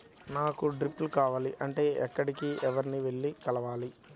నాకు డ్రిప్లు కావాలి అంటే ఎక్కడికి, ఎవరిని వెళ్లి కలవాలి?